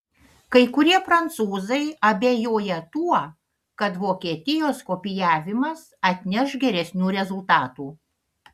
kai kurie prancūzai abejoja tuo kad vokietijos kopijavimas atneš geresnių rezultatų